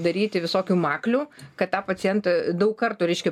daryti visokių maklių kad tą pacientą daug kartų reiškia